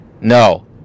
No